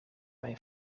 mijn